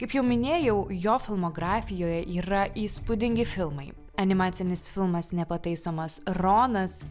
kaip jau minėjau jo filmografijoje yra įspūdingi filmai animacinis filmas nepataisomas ronas